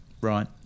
Right